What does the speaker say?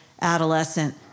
adolescent